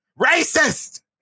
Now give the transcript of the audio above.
Racist